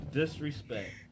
disrespect